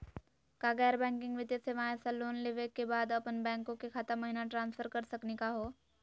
का गैर बैंकिंग वित्तीय सेवाएं स लोन लेवै के बाद अपन बैंको के खाता महिना ट्रांसफर कर सकनी का हो?